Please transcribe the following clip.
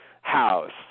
house